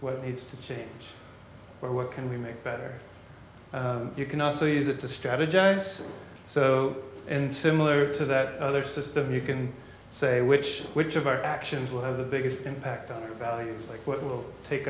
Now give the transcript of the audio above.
well needs to change or what can we make better you can also use it to strategize so in similar to that other system you can say which which of our actions will have the biggest impact on values like what will take